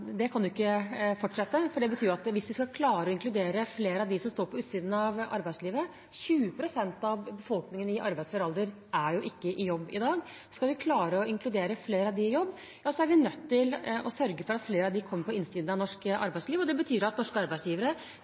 det ikke kan fortsette, for det betyr at hvis vi skal klare å inkludere flere av dem som står på utsiden av arbeidslivet – 20 pst. av befolkningen i arbeidsfør alder er ikke i jobb i dag – er vi nødt til å sørge for at flere av dem kommer på innsiden av norsk arbeidsliv. Det betyr at norske arbeidsgivere